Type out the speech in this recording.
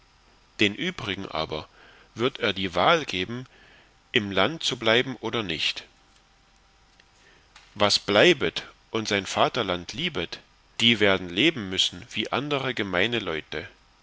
denen übrigen aber wird er die wahl geben im land zu bleiben oder nicht was bleibet und sein vatterland liebet die werden leben müssen wie andere gemeine leute